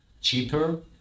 cheaper